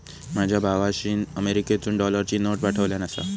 माझ्या भावाशीन अमेरिकेतसून डॉलरची नोट पाठवल्यान आसा